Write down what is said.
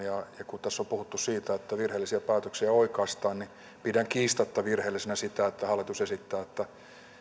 ja kun tässä on puhuttu siitä että virheellisiä päätöksiä oikaistaan niin pidän kiistatta virheellisenä sitä että hallitus esittää että